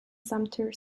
sumter